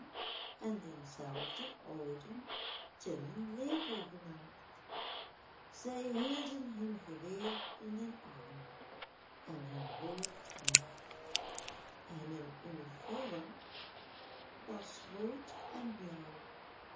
en denzelfden ouden tinnen lepel gemaakt zij hielden hun geweer in den arm en hun hoofd recht en hun uniform was rood en blauw